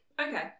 Okay